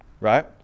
right